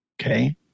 okay